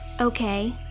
Okay